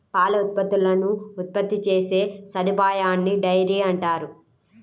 పాల ఉత్పత్తులను ఉత్పత్తి చేసే సదుపాయాన్నిడైరీ అంటారు